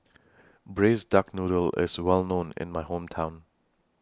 Braised Duck Noodle IS Well known in My Hometown